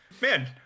man